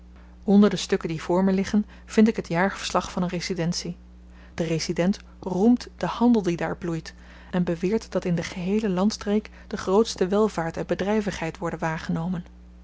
onder de stukken die voor me liggen vind ik het jaarverslag van een residentie de resident roemt den handel die daar bloeit en beweert dat in de geheele landstreek de grootste welvaart en bedryvigheid worden waargenomen